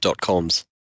.coms